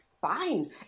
fine